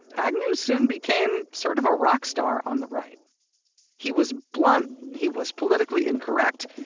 agnew soon became sort of a rock star on the right he was blunt. he was politically incorrect.